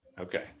okay